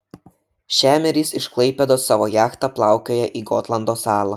šemerys iš klaipėdos savo jachta plaukioja į gotlando salą